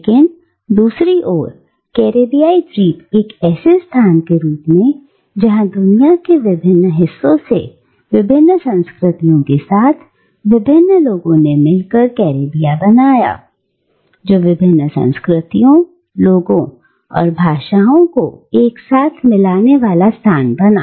लेकिन दूसरी ओर कैरेबियाई द्वीप एक ऐसे स्थान के रूप में है जहां दुनिया के विभिन्न हिस्सों से विभिन्न संस्कृतियों के साथ विभिन्न लोगों ने मिलकर कैरेबियन बनाया जो विभिन्न संस्कृतियों लोगो और भाषाओं को एक साथ मिलाने वाला स्थल बना